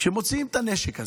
כשמוציאים את הנשק הזה,